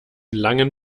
langen